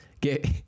get